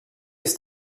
ist